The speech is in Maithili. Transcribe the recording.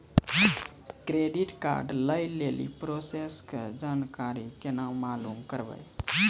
क्रेडिट कार्ड लय लेली प्रोसेस के जानकारी केना मालूम करबै?